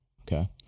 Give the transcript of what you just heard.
Okay